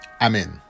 Amen